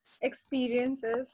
experiences